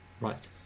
Right